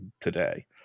today